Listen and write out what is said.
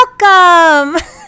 welcome